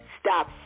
Stop